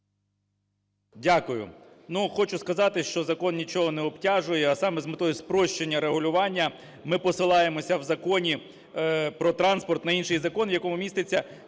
Дякую. Хочу сказати, що закон нічого не обтяжує, а саме з метою спрощення регулювання ми посилаємося в Законі "Про транспорт" на інший закон, в якому міститься